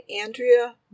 Andrea